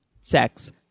Sex